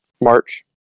March